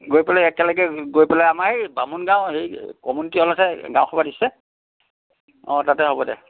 গৈ পেলাই একেলগে গৈ পেলাই আমাৰ এই বামুণ গাঁও সেই কমিউনিটী হলতহে গাঁও সভা দিছে অঁ তাতে হ'ব দে